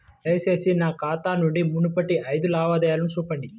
దయచేసి నా ఖాతా నుండి మునుపటి ఐదు లావాదేవీలను చూపండి